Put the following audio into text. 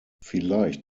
vielleicht